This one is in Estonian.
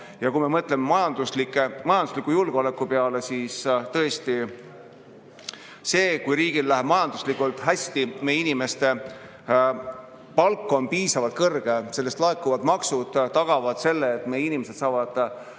Kui me mõtleme majandusliku julgeoleku peale, siis see, kui riigil läheb majanduslikult hästi, inimeste palk on piisavalt kõrge ja palgast laekuvad maksud tagavad selle, et inimesed saavad